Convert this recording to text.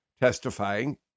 testifying